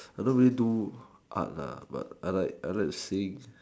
I don't really do art but I like seeing